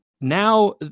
Now